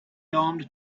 armed